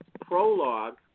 prologue